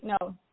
No